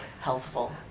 healthful